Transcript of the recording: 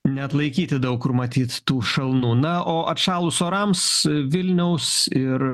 neatlaikyti daug kur matyt tų šalnų na o atšalus orams vilniaus ir